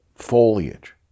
foliage